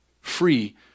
free